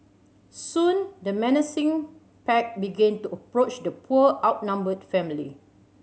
soon the menacing pack began to approach the poor outnumbered family